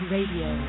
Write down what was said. Radio